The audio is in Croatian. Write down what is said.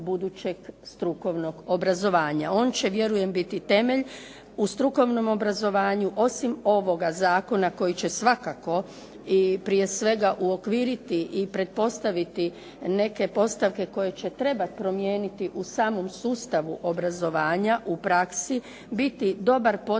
budućeg strukovnog obrazovanja. On će vjerujem biti temelj u strukovnom obrazovanju, osim ovoga zakona koji će svakako i prije svega uokviriti i pretpostaviti neke postavke koje će trebat promijeniti u samom sustavu obrazovanja u praksi, biti dobar poticaj